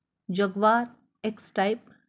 jaguar X type